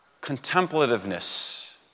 contemplativeness